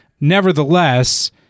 Nevertheless